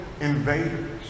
invaders